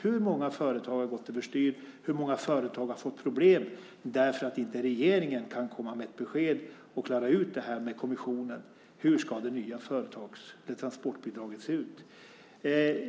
Hur många företag har gått överstyr, och hur många företag har fått problem, därför att regeringen inte kan komma med ett besked och klara ut det här med kommissionen? Hur ska det nya transportbidraget se ut?